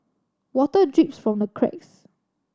water drips from the cracks